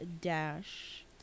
Dash